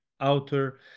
outer